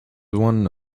one